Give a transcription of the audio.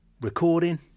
recording